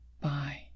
Bye